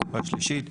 קופה שלישית,